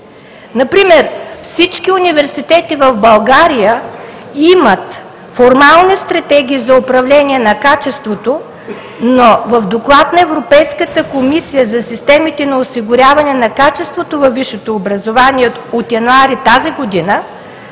Например всички университети в България имат формални стратегии за управление на качеството, но в доклад на Европейската комисия за системите на осигуряване на качеството във висшето образование от месец януари тази година